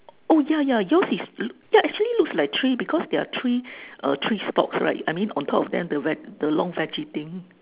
oh yeah yeah yours is l~ yeah actually looks like three because there are three uh three stops right I mean on top of them the veg the long veggie thing